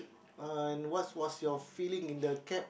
uh what was your feeling in the cab